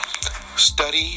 study